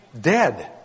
dead